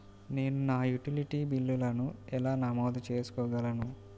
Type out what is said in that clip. నేను నా యుటిలిటీ బిల్లులను ఎలా నమోదు చేసుకోగలను?